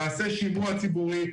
תעשה שימוע ציבורי,